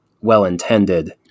well-intended